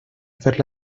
fer